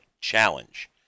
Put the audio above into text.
challenge